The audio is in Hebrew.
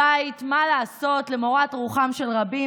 אני רוצה לומר כמה מילים על ההתרחשות שקרתה כאן,